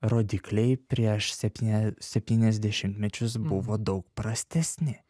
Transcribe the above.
rodikliai prieš septynia septynis dešimtmečius buvo daug prastesni